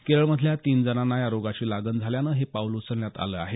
केरळमधल्या तीन जणांना या रोगाची लागण झाल्यानं हे पाऊल उचलण्यात आलं आहे